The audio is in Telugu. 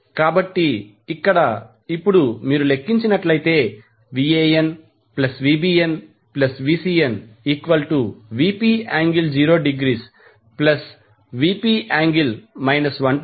కాబట్టి ఇక్కడ ఇప్పుడు మీరు లెక్కించినట్లయితే VanVbnVcnVp∠0°Vp∠ 120°Vp∠120° Vp1 0